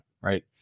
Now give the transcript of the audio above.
Right